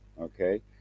Okay